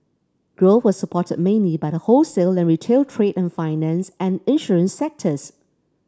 growth was supported mainly by the wholesale and retail trade and finance and insurance sectors